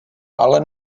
ale